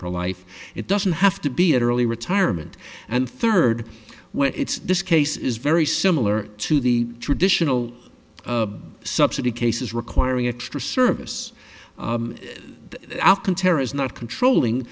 a life it doesn't have to be an early retirement and third when it's this case is very similar to the traditional subsidy cases requiring extra service alkan terror is not controlling